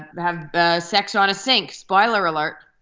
have sex on a sink spoiler alert